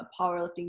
powerlifting